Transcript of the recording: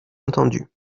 entendu